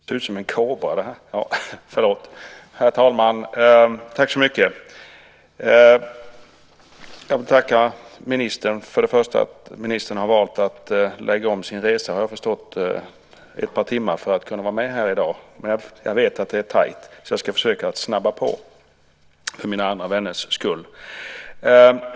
Herr talman! Jag vill tacka ministern först och främst för att hon har valt att skjuta upp sin resa ett par timmar för att kunna vara med här i dag. Men jag vet att det är tajt, och jag ska därför försöka att skynda på för mina andra vänners skull.